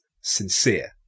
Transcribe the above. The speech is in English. sincere